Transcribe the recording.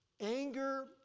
anger